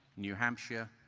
new hampshire,